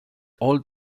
old